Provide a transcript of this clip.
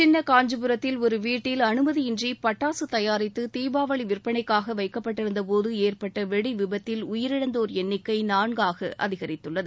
சின்ன காஞ்சிபுரத்தில் ஒரு வீட்டில் அனுமதியின்றி பட்டாசு தயாரித்து தீபாவளி விற்பனைக்காக வைக்கப்பட்டிருந்த போது ஏற்பட்ட வெடி விபத்தில் உயிரிழந்தோர் எண்ணிக்கை நான்காக அதிகரித்துள்ளது